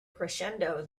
crescendo